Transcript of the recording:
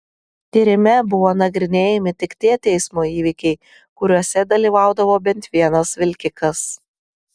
tyrime buvo nagrinėjami tik tie eismo įvykiai kuriuose dalyvaudavo bent vienas vilkikas